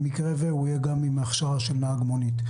במקרה והוא יהיה גם עם הכשרה של נהג מונית.